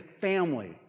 family